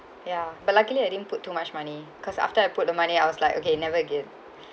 ya but luckily I didn't put too much money because after I put the money I was like okay never again